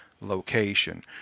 location